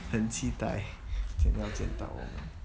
很期待如果要见到我们